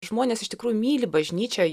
žmonės iš tikrųjų myli bažnyčią